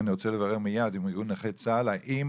אני רוצה לברר מיד עם ארגון נכי צה"ל האם